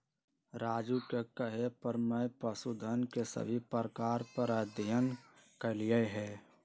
राजू के कहे पर मैं पशुधन के सभी प्रकार पर अध्ययन कैलय हई